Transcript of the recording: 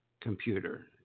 computer